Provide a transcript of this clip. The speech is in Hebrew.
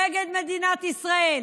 דגל מדינת ישראל.